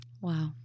Wow